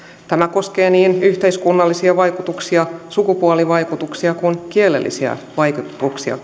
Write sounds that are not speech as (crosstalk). tämä koskee niin yhteiskunnallisia vaikutuksia sukupuolivaikutuksia kuin kielellisiäkin vaikutuksia (unintelligible)